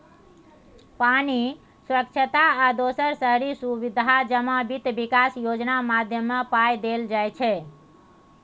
पानि, स्वच्छता आ दोसर शहरी सुबिधा जमा बित्त बिकास योजना माध्यमे पाइ देल जाइ छै